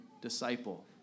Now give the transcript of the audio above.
disciple